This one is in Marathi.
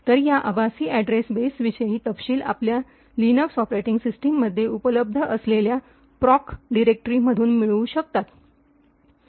तर या आभासी अॅड्रेस बेसविषयी तपशील आपल्या लिनक्स ऑपरेटिंग सिस्टममध्ये उपलब्ध असलेल्या प्रॉक डिरेक्टरीमधून मिळू शकतात